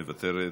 מוותרת.